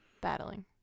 Battling